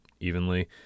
evenly